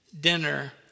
dinner